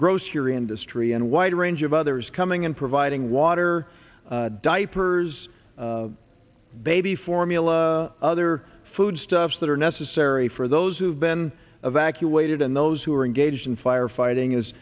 grocery industry and wide range of others coming in providing water diapers baby formula other food stuffs that are necessary for those who have been evacuated and those who are engaged in firefighting is